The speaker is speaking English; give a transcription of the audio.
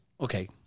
okay